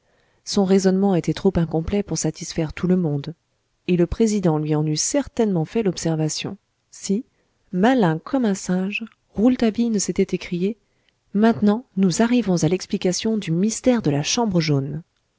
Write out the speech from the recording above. son raisonnement était trop incomplet pour satisfaire tout le monde et le président lui en eût certainement fait l'observation si malin comme un singe rouletabille ne s'était écrié maintenant nous arrivons à l'explication du mystère de la chambre jaune